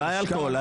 אולי אלכוהול.